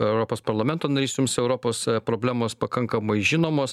europos parlamento narys jums europos problemos pakankamai žinomos